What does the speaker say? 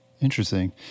Interesting